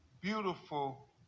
beautiful